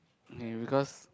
because